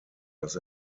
dass